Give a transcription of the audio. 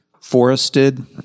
forested